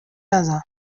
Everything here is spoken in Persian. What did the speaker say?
نزن